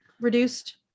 reduced